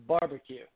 barbecue